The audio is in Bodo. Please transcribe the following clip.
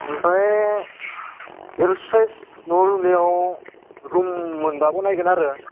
ओमफ्राय एल साइज न' लुनायाव रुम मोनबा बनायगोन आरो